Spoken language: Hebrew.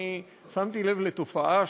אני שמתי לב לתופעה,